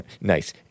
Nice